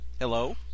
Hello